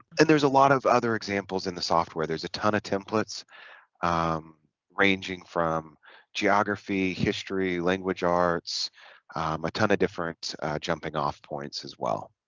and there's a lot of other examples in the software there's a ton of templates ranging from geography history language arts a ton of different jumping-off points as well